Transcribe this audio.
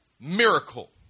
miracle